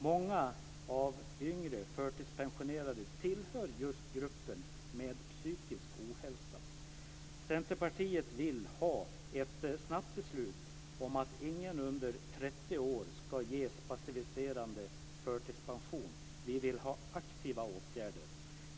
Många yngre förtidspensionerade tillhör just gruppen med psykisk ohälsa. Centerpartiet vill ha ett snabbt beslut om att ingen under 30 år ska ges passiviserande förtidspension. Vi vill ha aktiva åtgärder.